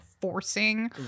forcing